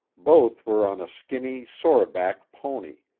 both were on a skinny, sore-back pony.